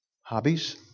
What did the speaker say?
hobbies